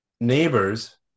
Neighbors